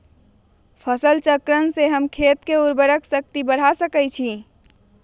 फसल चक्रण से हम खेत के उर्वरक शक्ति बढ़ा सकैछि?